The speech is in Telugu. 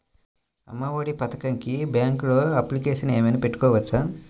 అమ్మ ఒడి పథకంకి బ్యాంకులో అప్లికేషన్ ఏమైనా పెట్టుకోవచ్చా?